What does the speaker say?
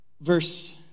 Verse